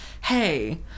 hey